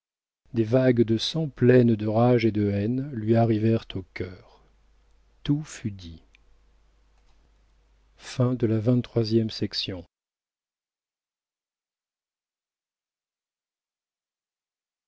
des vagues de sang pleines de rage et de haine lui arrivèrent au cœur tout fut dit